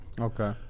Okay